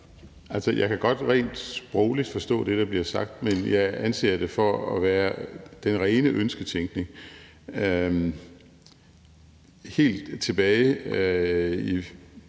(LA): Jeg kan godt rent sprogligt forstå det, der bliver sagt, men jeg anser det for at være den rene ønsketænkning. Helt tilbage i